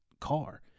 car